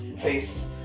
face